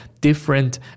different